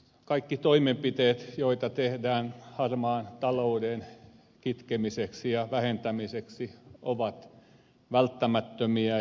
kaikki toimenpiteet joita tehdään harmaan talouden kitkemiseksi ja vähentämiseksi ovat välttämättömiä